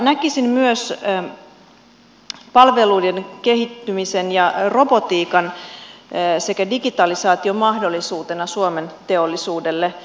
näkisin myös palveluiden kehittymisen ja robotiikan sekä digitalisaation mahdollisuuksina suomen teollisuudelle